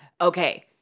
okay